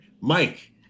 Mike